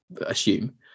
assume